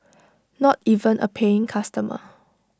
not even A paying customer